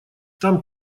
там